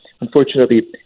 unfortunately